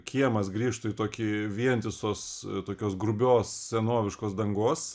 kiemas grįžtų į tokį vientisos tokios grubios senoviškos dangos